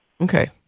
Okay